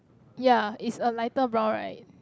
ya it's a lighter brown right